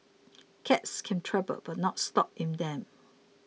cabs can travel but not stop in them